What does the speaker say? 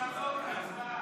חבר הכנסת כץ,